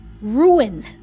ruin